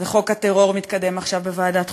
חוק הטרור מתקדם עכשיו בוועדת חוקה.